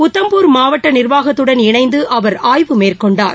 உத்தம்பூர் மாவட்ட நிர்வாகத்துடன் இணைந்து அவர் ஆய்வுமேற்கொண்டார்